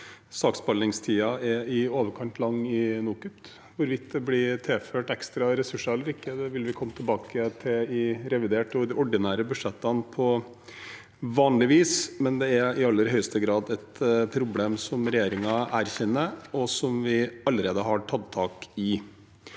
saksbehandlingstiden er i overkant lang i NOKUT. Hvorvidt det blir tilført ekstra ressurser eller ikke, vil vi komme tilbake til i revidert nasjonalbudsjett og i de ordinære budsjettene på vanlig vis, men det er i aller høyeste grad et problem som regjeringen erkjenner, og som vi allerede har tatt tak i.